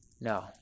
No